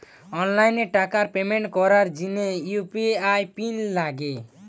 online টাকার payment করার জিনে ইউ.পি.আই পিন লাগে